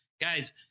Guys